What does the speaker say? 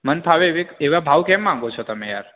મન ફાવે એવી એવા ભાવ કેમ માગો છો તમે યાર